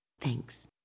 Thanks